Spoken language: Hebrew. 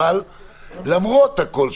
אבל למרות הכול,